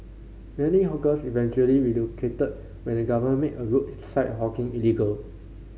many hawkers eventually relocated when the government made roadside hawking illegal